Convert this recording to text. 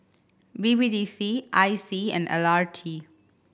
B B D C I C and L R T